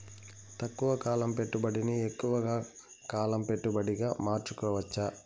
తక్కువ కాలం పెట్టుబడిని ఎక్కువగా కాలం పెట్టుబడిగా మార్చుకోవచ్చా?